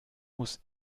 muss